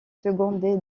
secondé